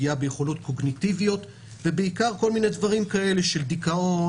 פגיעה ביכולות קוגניטיביות ובעיקר דברים של דיכאון